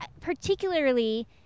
particularly